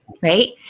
right